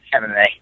MMA